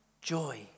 joy